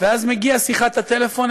ואז מגיעה שיחת הטלפון,